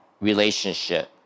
relationship